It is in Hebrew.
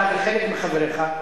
אתה וחלק מחבריך,